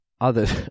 others